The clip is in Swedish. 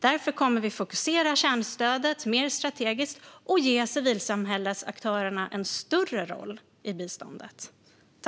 Därför kommer vi att fokusera kärnstödet mer strategiskt och ge civilsamhällesaktörerna en större roll i biståndet.